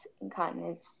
incontinence